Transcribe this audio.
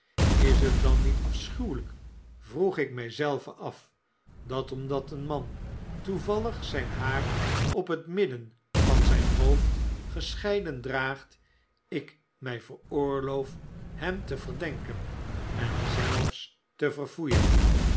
ls het dan niet alschuwelyk vroeg ik mij zelven af dat omdat een man toevallig zyn haar op het midden van zyn hoofd gescheiden draagt ik my veroorloof hem te verdenken en zelfs te verfoeien